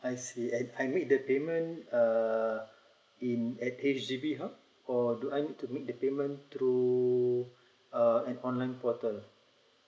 I see I make the payment uh in H_D_B hub or do I need to make the payment through uh an online portal